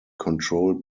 controlled